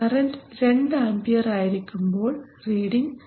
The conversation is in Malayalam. കറൻറ് 2 ആമ്പിയർ ആയിരിക്കുമ്പോൾ റീഡിങ് 2